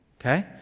okay